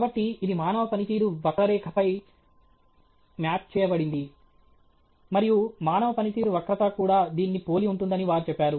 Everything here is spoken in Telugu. కాబట్టి ఇది మానవ పనితీరు వక్రరేఖపైకి మ్యాప్ చేయబడింది మరియు మానవ పనితీరు వక్రత కూడా దీన్ని పోలి ఉంటుందని వారు చెప్పారు